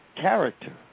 character